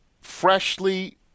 freshly